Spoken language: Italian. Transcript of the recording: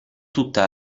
tutta